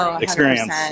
experience